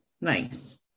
Nice